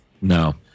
No